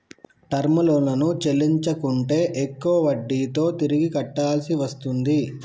term లోన్లను చెల్లించకుంటే ఎక్కువ వడ్డీతో తిరిగి కట్టాల్సి వస్తుంది